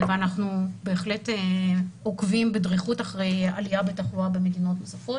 אנחנו בהחלט עוקבים בדריכות אחרי העלייה בתחלואה במדינות נוספות.